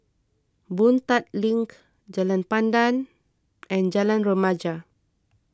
Boon Tat Link Jalan Pandan and Jalan Remaja